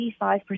85%